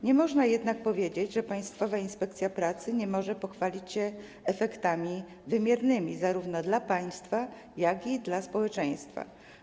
Nie można jednak powiedzieć, że Państwowa Inspekcja Pracy nie może pochwalić się efektami wymiernymi zarówno dla państwa, jak i dla społeczeństwa.